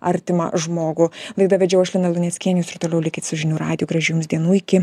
artimą žmogų laidą vedžiau aš lina luneckienė jūs ir toliau likit su žinių radiju gražių jums dienų iki